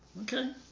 Okay